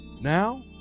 Now